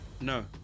No